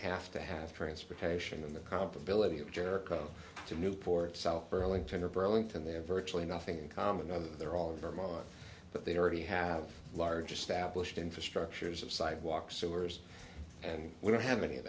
have to have transportation in the comparability of jericho to newport itself burlington or burlington there are virtually nothing in common other they're all very well but they already have large established infrastructures of sidewalks sewers and we don't have any of